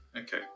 Okay